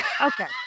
Okay